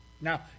Now